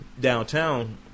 Downtown